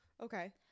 Okay